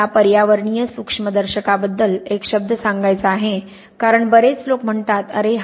मला पर्यावरणीय सूक्ष्मदर्शकाबद्दल एक शब्द सांगायचा आहे कारण बरेच लोक म्हणतात "अरे